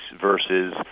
versus